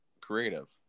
creative